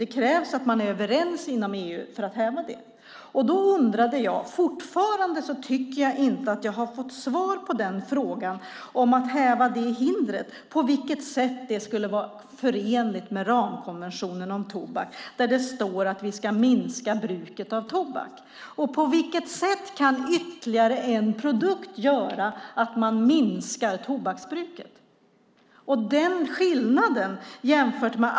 Det krävs att man är överens inom EU för att häva det. Fortfarande tycker jag inte att jag har fått svar på frågan om att häva det hindret. På vilket sätt skulle det vara förenligt med ramkonventionen om tobak där det står att vi ska minska bruket av tobak? Och på vilket sätt kan ytterligare en produkt göra att man minskar tobaksbruket?